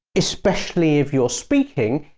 especially if you're speaking,